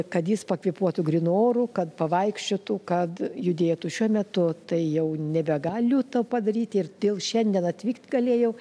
kad jis pakvėpuotų grynu oru kad pavaikščiotų kad judėtų šiuo metu tai jau nebegaliu to padaryti ir dėl šiandien atvykt galėjau